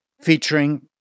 featuring